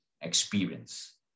experience